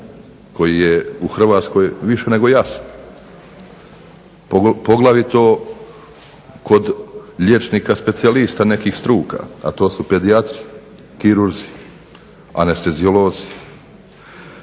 koji je u Hrvatskoj više nego jasan, poglavito kod liječnika specijalista nekih struka, a to su pedijatri, kirurzi, anesteziolozi,